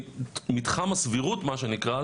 מתחם הסבירות מה שנקרא,